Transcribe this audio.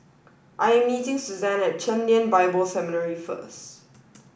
I am meeting Suzann at Chen Lien Bible Seminary first